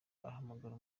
ahamagara